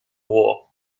war